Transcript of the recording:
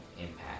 impact